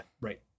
Right